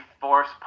force